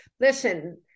listen